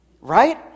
Right